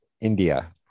India